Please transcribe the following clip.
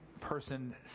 person